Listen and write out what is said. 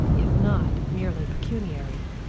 if not merely pecuniary.